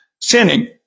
sinning